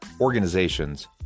organizations